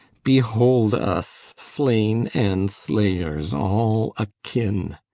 behold us slain and slayers, all akin.